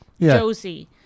Josie